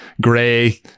Gray